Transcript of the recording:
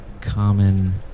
common